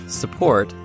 support